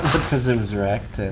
that's cause it was wrecked.